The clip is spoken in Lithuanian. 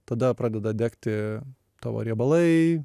tada pradeda degti tavo riebalai